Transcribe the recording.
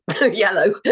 yellow